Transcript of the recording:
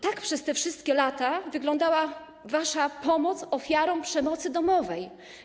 Tak przez te wszystkie lata wyglądała wasza pomoc ofiarom przemocy domowej.